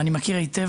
ואני מכיר היטב,